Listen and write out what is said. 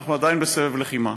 אנחנו עדיין בסבב לחימה,